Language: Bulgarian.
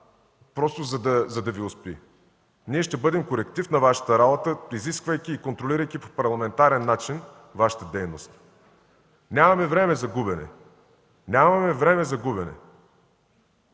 просто за да Ви успи. Ние ще бъдем коректив на Вашата работа, изисквайки и контролирайки по парламентарен начин Вашата дейност. Нямаме време за губене! Демографската